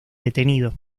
detenido